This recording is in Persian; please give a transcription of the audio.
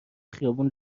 خیابون